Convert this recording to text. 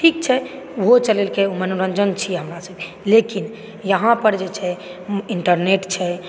ठीक छै ओहो चलेलकै मनोरञ्जन छी हमरा सबके लेकिन यहाँ पर जे छै इन्टरनेट छै